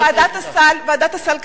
ועדת הסל,